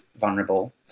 vulnerable